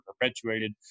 perpetuated